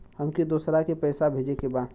हमके दोसरा के पैसा भेजे के बा?